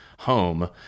Home